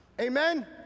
Amen